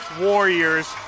Warriors